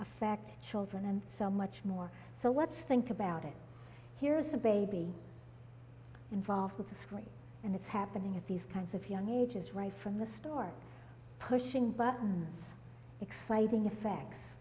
affect children and so much more so let's think about it here's a baby involved with the story and it's happening at these kinds of young ages right from the start pushing buttons exciting effects